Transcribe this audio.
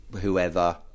whoever